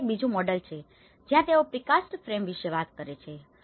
આ એક બીજું મોડેલ છે જ્યાં તેઓ પ્રીકાસ્ટ ફ્રેમ્સ વિશે વાત કરે છે